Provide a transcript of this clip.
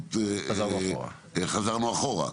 הרציפות חזרנו אחורה.